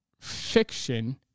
fiction